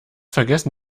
vergessen